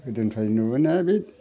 गोदोनिफ्राय नुबोनाया बे